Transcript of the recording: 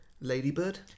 Ladybird